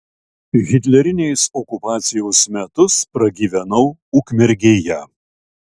hitlerinės okupacijos metus pragyvenau ukmergėje